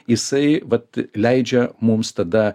jisai vat leidžia mums tada